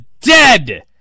dead